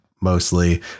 mostly